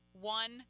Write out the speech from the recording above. one